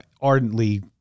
ardently